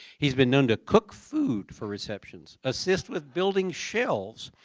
he has been known to cook food for receptions, assist with building shells,